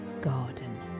garden